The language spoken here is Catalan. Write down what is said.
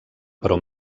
però